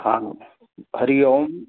हा हरिओम्